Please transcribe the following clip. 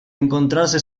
encontrarse